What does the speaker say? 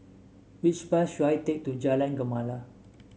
which bus should I take to Jalan Gemala